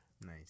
Nice